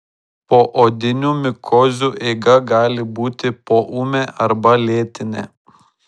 poodinių mikozių eiga gali būti poūmė arba lėtinė